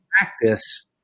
practice